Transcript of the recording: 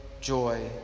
joy